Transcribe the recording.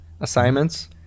assignments